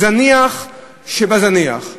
זניח שבזניח.